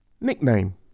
nickname